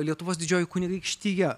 lietuvos didžioji kunigaikštija